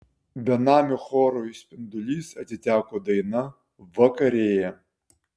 benamių chorui spindulys atiteko daina vakarėja